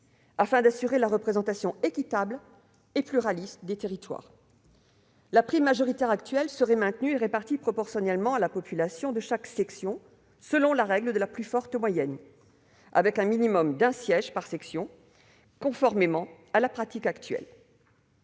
afin d'assurer la représentation équitable et pluraliste des territoires. La prime majoritaire actuelle serait maintenue et répartie proportionnellement à la population de chaque section, selon la règle de la plus forte moyenne, avec un minimum d'un siège par section, conformément à la pratique actuelle.